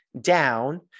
down